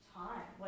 time